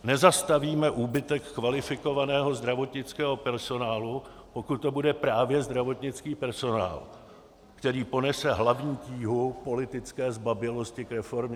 Nezastavíme úbytek kvalifikovaného zdravotnického personálu, pokud to bude právě zdravotnický personál, který ponese hlavní tíhu politické zbabělosti k reformě.